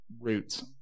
roots